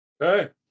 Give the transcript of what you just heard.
Okay